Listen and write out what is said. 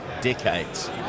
decades